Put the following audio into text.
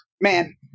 man